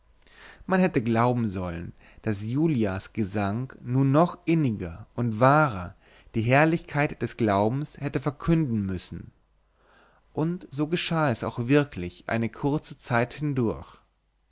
man hätte glauben sollen daß julias gesang nun noch inniger und wahrer die herrlichkeit des glaubens hätte verkünden müssen und so geschah es auch wirklich eine kurze zeit hindurch